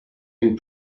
and